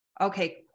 okay